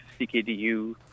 CKDU